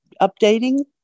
updating